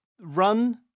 run